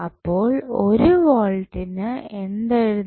അപ്പോൾ ഒരു വോൾട്ടിന് എന്ത് എഴുതാം